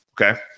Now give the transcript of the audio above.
okay